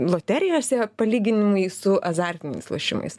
loterijose palyginimai su azartiniais lošimais